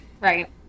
right